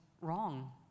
wrong